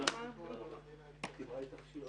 ננעלה בשעה